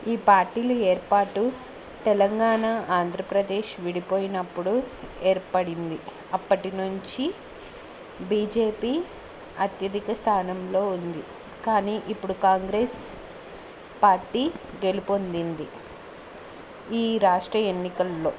ఈ పార్టీలు ఏర్పాటు తెలంగాణ ఆంధ్రప్రదేశ్ విడిపోయినప్పుడు ఏర్పడింది అప్పటి నుంచి బీజేపీ అత్యధిక స్థానంలో ఉంది కానీ ఇప్పుడు కాంగ్రెస్ పార్టీ గెలుపొందింది ఈ రాష్ట్ర ఎన్నికల్లో